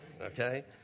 okay